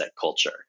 culture